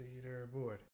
Leaderboard